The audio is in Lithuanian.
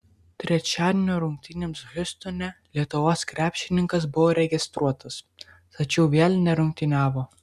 trečiadienio rungtynėms hjustone lietuvos krepšininkas buvo registruotas tačiau vėl nerungtyniavo